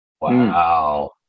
Wow